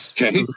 Okay